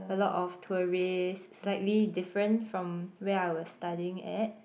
a lot of tourist slightly different from where I was studying at